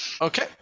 Okay